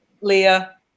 Leah